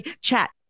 chat